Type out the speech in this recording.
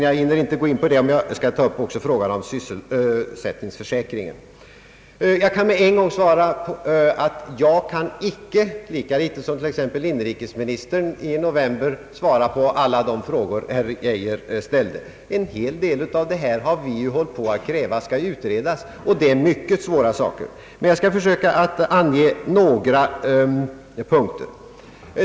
Jag hinner inte gå in på detta om jag också skall ta upp frågan om sysselsättningsförsäkringen. Jag kan med en gång säga att jag lika litet som t.ex. inrikesministern i november 1967 kan svara på alla de frågor som herr Geijer ställde. En hel del av detta har vi upprepade gånger krävt skall utredas, och det är mycket svåra saker. Jag skall dock försöka ange några punkter.